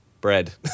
bread